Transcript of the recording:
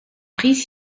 prix